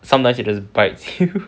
sometimes it just bites you